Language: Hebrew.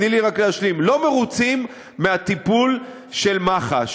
תני לי רק להשלים אנחנו לא מרוצים מהטיפול של מח"ש.